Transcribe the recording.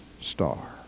star